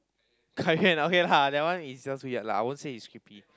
Kai-Yuan okay lah that one is just weird lah I won't say he's creepy